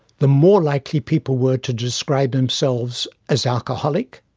the more likely people were to describe themselves as alcoholic,